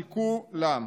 של כולם.